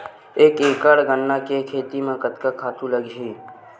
एक एकड़ गन्ना के खेती म कतका खातु लगही?